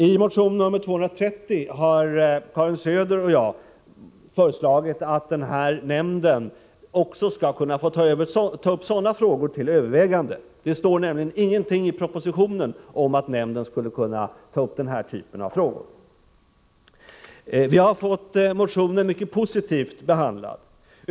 I motion nr 230 har Karin Söder och jag föreslagit att den rådgivande nämnden också skall kunna till övervägande ta upp frågor om vad som skall bedömas som krigsmateriel. Det står nämligen ingenting i propositionen om att nämnden skall kunna ta upp denna typ av frågor. Motionen har blivit mycket positivt behandlad.